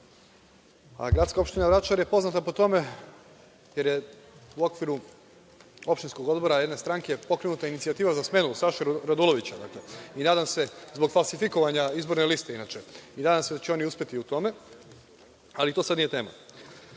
uvod. Gradska opština Vračar je poznata po tome jer je u okviru opštinskog odbora jedne stranke pokrenuta inicijativa za smenu Saše Radulovića, zbog falsifikovanja izborne liste. Nadam se da će oni uspeti u tome. Ali to sada nije tema. Tema